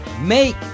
Make